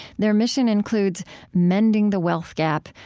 their mission includes mending the wealth gap,